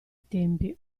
tempi